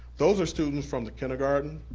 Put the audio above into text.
those are students from the kindergarten,